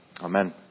Amen